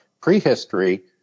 prehistory